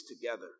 together